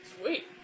Sweet